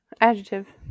Adjective